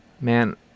man